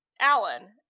Alan